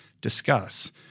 discuss